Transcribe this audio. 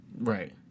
Right